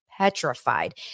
petrified